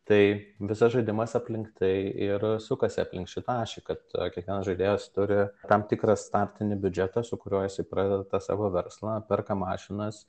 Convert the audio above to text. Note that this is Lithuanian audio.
tai visas žaidimas aplink tai ir sukasi aplink šitą ašį kad kiekvienas žaidėjas turi tam tikrą startinį biudžetą su kuriuo jisai pradeda tą savo verslą perka mašinas